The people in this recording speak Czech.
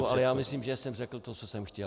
Ale já myslím, že jsem řekl to, co jsem chtěl.